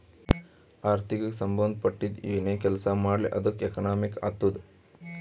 ಆರ್ಥಿಕಗ್ ಸಂಭಂದ ಪಟ್ಟಿದ್ದು ಏನೇ ಕೆಲಸಾ ಮಾಡ್ಲಿ ಅದು ಎಕನಾಮಿಕ್ ಆತ್ತುದ್